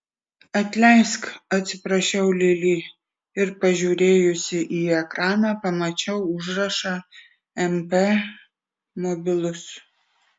atleisk atsiprašiau lili ir pažiūrėjusi į ekraną pamačiau užrašą mp mobilus